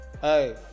Hey